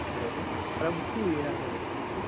ഏതായിരുന്നു hello book ചെയ്യാനായിരുന്നു sir